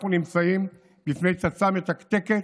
אנחנו נמצאים בפני פצצה מתקתקת